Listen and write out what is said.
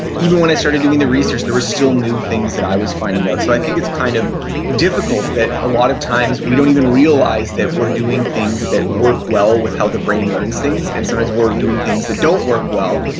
even when i started doing the research, there was still new things that i was finding out so i think it's kind of difficult that a lot of times we don't even realize that we're doing things that work well with how the brain learns things. and sometimes we're doing things that don't work well,